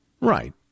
Right